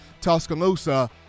Tuscaloosa